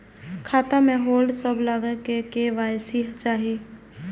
खाता में होल्ड सब लगे तब के.वाई.सी चाहि?